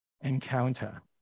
encounter